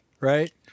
right